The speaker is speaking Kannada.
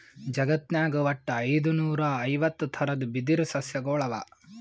ಜಗತ್ನಾಗ್ ವಟ್ಟ್ ಐದುನೂರಾ ಐವತ್ತ್ ಥರದ್ ಬಿದಿರ್ ಸಸ್ಯಗೊಳ್ ಅವಾ